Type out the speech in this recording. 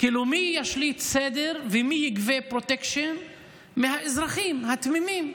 מי ישליט סדר ומי יגבה פרוטקשן מהאזרחים התמימים,